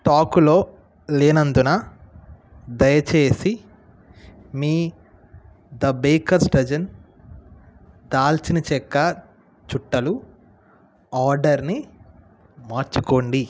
స్టాకులో లేనందున దయచేసి మీ ద బేకర్స్ డజన్ దాల్చిన చెక్క చుట్టలు ఆర్డర్ని మార్చుకోండి